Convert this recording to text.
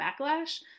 backlash